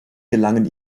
gelangen